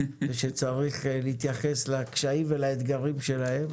שצריך להתייחס לקשיים ולאתגרים שלהם.